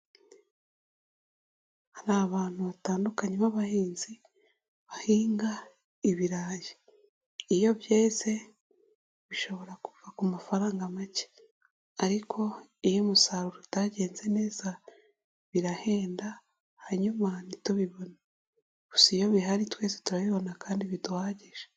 Hari abantu batandukanye b'abahinzi bahinga ibirayi iyo byeze bishobora kuva ku mafaranga make. Ariko iyo umusaruro utagenze neza birahenda hanyuma ntitubibone. Gusa iyo bihari twese turabibona kandi biduhagije.